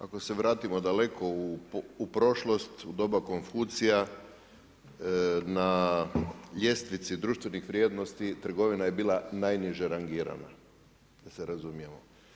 Ako se vratimo daleko u prošlost u doba Konfucija na ljestvici društvenih vrijednosti trgovina je bila najniže rangirana, da se razumijemo.